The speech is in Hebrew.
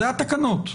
אלה התקנות.